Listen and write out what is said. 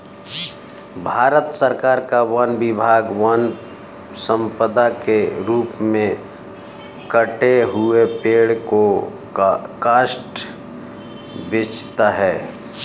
भारत सरकार का वन विभाग वन सम्पदा के रूप में कटे हुए पेड़ का काष्ठ बेचता है